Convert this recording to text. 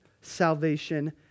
salvation